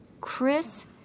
Chris